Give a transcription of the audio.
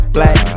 Black